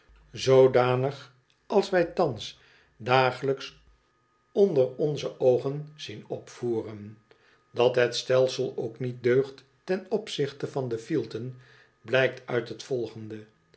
zoodanig als wij thans dagelijks onder onze oogen zien opvoeren dat het stelsel ook niet deugt ten opzichte van de fielten blijkt uit het volgende